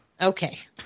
Okay